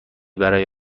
برای